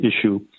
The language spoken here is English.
issue